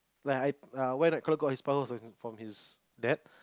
like I uh his powers was from from his dad